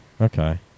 Okay